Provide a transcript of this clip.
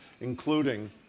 including